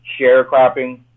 sharecropping